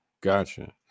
gotcha